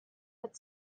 but